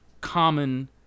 common